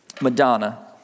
Madonna